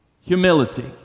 Humility